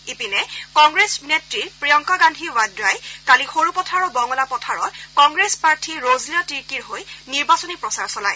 ইপিনে কংগ্ৰেছ নেত্ৰী প্ৰিয়ংকা গান্ধী ৱাদ্ৰাই কালি সৰুপথাৰৰ বঙলাপথাৰত কংগ্ৰেছ প্ৰাৰ্থী ৰজলীনা তিৰ্কীৰ হৈ নিৰ্বাচনী প্ৰচাৰ চলায়